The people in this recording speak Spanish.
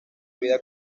vida